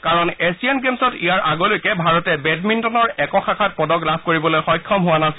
কাৰণ এছিয়ান গেমছত ইয়াৰ আগলৈকে ভাৰতে বেডমিণ্টনৰ একক শাখাত পদক লাভ কৰিবলৈ সক্ষম হোৱা নাছিল